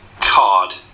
card